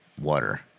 water